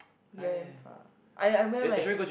Dion damn far I I meant my